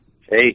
Hey